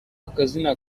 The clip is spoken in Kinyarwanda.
akazina